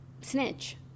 Snitch